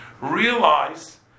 realize